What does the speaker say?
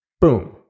Boom